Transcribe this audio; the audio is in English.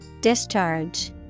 Discharge